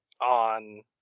on